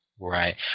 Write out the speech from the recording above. Right